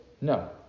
No